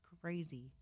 crazy